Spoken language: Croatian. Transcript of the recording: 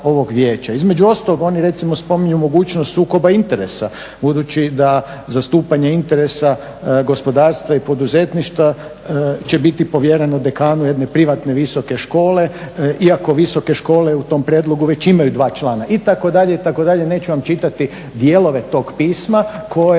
Između ostalog oni recimo spominju mogućnost sukoba interesa budući da zastupanje interesa gospodarstva i poduzetništva će biti povjereno dekanu jedne privatne visoke škole iako visoke škole u tom prijedlogu već imaju dva člana, itd., itd. neću vam čitati dijelove tog pisma koje